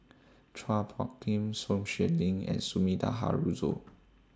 Chua Phung Kim Sun Xueling and Sumida Haruzo